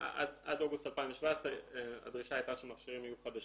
עד אוגוסט 2017 הדרישה הייתה שמכשירים יהיו חדשים.